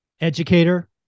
Educator